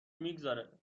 میگذاره